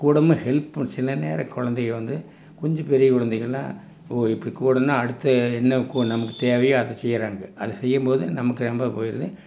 கூட ஹெல்ப்பும் சில நேரம் கொழந்தைக வந்து கொஞ்சம் பெரிய கொழந்தைகள்னா ஓ இப்படி கூடனா அடுத்து என்ன கூ நமக்கு தேவையோ அதை செய்கிறாங்க அதை செய்யும் போது நமக்கு ரொம்ப போயிடுது